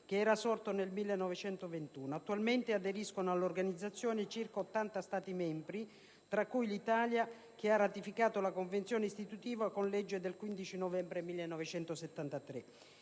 che era sorto nel 1921. Attualmente aderiscono all'Organizzazione circa 80 Stati membri, tra cui l'Italia, che ha ratificato la Convenzione istitutiva con legge 15 novembre 1973,